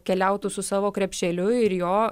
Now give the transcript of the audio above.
keliautų su savo krepšeliu ir jo